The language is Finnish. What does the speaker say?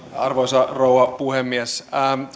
arvoisa rouva puhemies